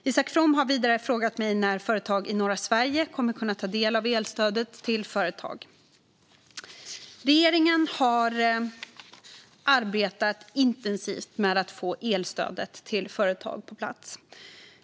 Isak From har vidare frågat mig när företag i norra Sverige kommer att kunna ta del av elstödet till företag. Regeringen har arbetat intensivt med att få elstödet till företag på plats.